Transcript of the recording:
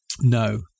No